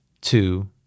two